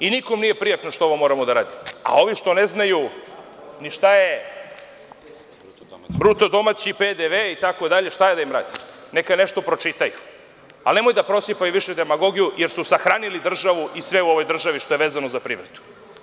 Nikome nije prijatno što ovo moramo da radimo, a ovi što ne znaju ni šta je bruto domaći PDV itd, šta ja da im radim, neka nešto pročitaju, ali nemoj da prosipaju više demagogiju, jer su sahranili državu i sve u ovoj državi što je vezano za privredu.